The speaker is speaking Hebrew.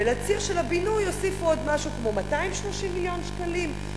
ולציר של הבינוי הוסיפו עוד משהו כמו 230 מיליון שקלים,